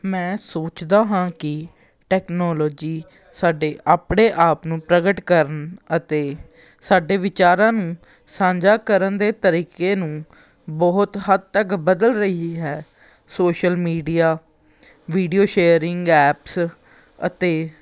ਮੈਂ ਸੋਚਦਾ ਹਾਂ ਕਿ ਟੈਕਨੋਲੋਜੀ ਸਾਡੇ ਆਪਣੇ ਆਪ ਨੂੰ ਪ੍ਰਗਟ ਕਰਨ ਅਤੇ ਸਾਡੇ ਵਿਚਾਰਾਂ ਨੂੰ ਸਾਂਝਾ ਕਰਨ ਦੇ ਤਰੀਕੇ ਨੂੰ ਬਹੁਤ ਹੱਦ ਤੱਕ ਬਦਲ ਰਹੀ ਹੈ social media video sharing apps ਅਤੇ